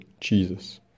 Jesus